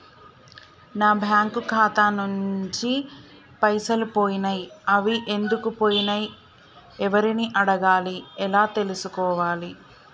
నా బ్యాంకు ఖాతా నుంచి పైసలు పోయినయ్ అవి ఎందుకు పోయినయ్ ఎవరిని అడగాలి ఎలా తెలుసుకోవాలి?